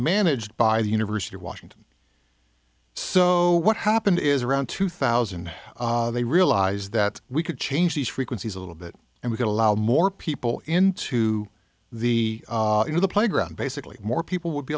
managed by the university of washington so what happened is around two thousand they realized that we could change these frequencies a little bit and we could allow more people into the you know the playground basically more people would be